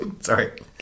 Sorry